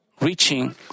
reaching